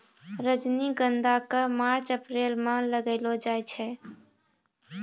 रजनीगंधा क March April म लगैलो जाय छै